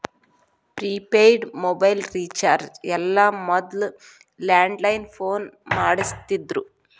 prepaid mobile recharge ಎಲ್ಲ ಮೊದ್ಲ landline phone ಮಾಡಸ್ತಿದ್ರು